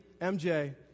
MJ